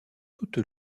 toute